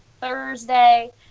Thursday